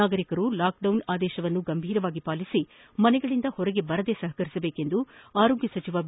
ನಾಗರಿಕರು ಲಾಕ್ಡೌನ್ ಆದೇಶವನ್ನು ಗಂಭೀರವಾಗಿ ಪಾಲಿಸಿ ಮನೆಗಳಿಂದ ಹೊರಗೆ ಬರದೆ ಸಹಕರಿಸಬೇಕೆಂದು ಆರೋಗ್ಯ ಸಚಿವ ಬಿ